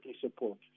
support